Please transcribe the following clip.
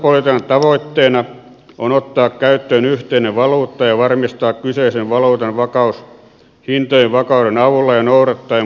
valuuttapolitiikan tavoitteena on ottaa käyttöön yhteinen valuutta ja varmistaa kyseisen valuutan vakaus hintojen vakauden avulla ja noudattaen markkinatalouden lakeja